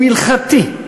הוא הלכתי.